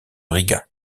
riga